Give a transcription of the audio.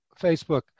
Facebook